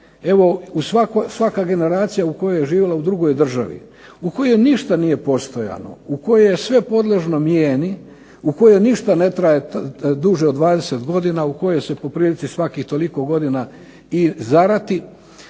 evo svaka generacija koja je živjela u drugoj državi u kojoj ništa nije postojalo, u kojoj je sve podložno mijeni, u kojoj ništa ne traje duže od 20 godina, u kojoj se po prilici svakih toliko godina i zarati,